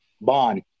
Bond